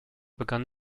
begann